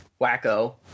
wacko